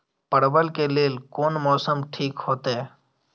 परवल के लेल कोन मौसम ठीक होते?